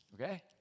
okay